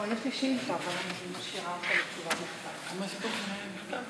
לוועדת החוץ והביטחון